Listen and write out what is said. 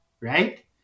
right